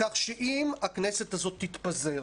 כך שאם הכנסת הזאת תתפזר